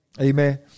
Amen